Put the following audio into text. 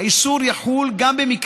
עכשיו גם רוצים